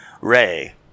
Ray